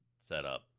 setup